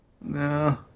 No